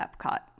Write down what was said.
Epcot